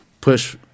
push